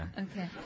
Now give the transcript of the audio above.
okay